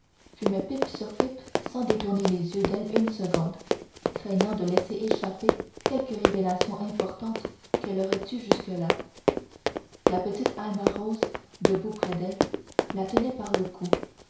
fumait pipe sur pipe sans détourner les yeux d'elle une seconde craignant de laisser échapper quelque révélation importante qu'elle aurait tue jusque-là la petite alma rose debout près d'elle la tenait par le cou